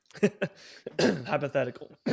Hypothetical